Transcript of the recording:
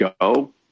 go